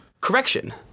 correction